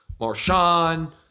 Marshawn